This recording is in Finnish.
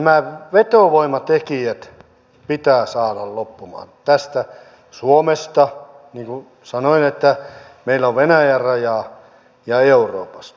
nämä vetovoimatekijät pitää saada loppumaan suomesta niin kuin sanoin että meillä on venäjän raja ja euroopasta